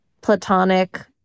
platonic